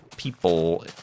people